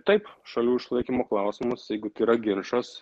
taip šalių išlaikymo klausimas jeigu tai yra ginčas